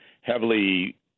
heavily